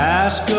ask